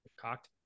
Cocked